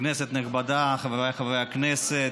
כנסת נכבדה, חבריי חברי הכנסת,